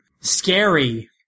scary